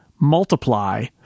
multiply